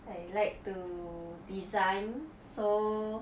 I like to design so